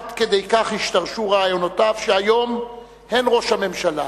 עד כדי כך השתרשו רעיונותיו, שהיום הן ראש הממשלה